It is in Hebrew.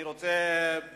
אני רוצה,